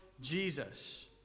Jesus